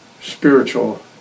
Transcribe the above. spiritual